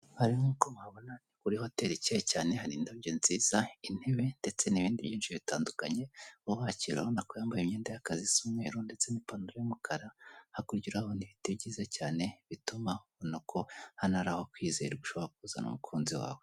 Ugize ejo hezo ukazigamira umwana wawe ku buryo ushobora kugira ikibazo, yamafaranga bakayamuhereza cyangwa se waba uri umusore warabikoze hakiri kare, ukagenda bagahita bayaguhereza ushobora kubaka nibwo buryo bashyizeho. Urabona ko hano rero ni urubyiruko ndetse n'abandi bari kubyamamaza rwose bari kumwe n'inzego z'umutekano niba ndi kureba neza.